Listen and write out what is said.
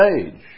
age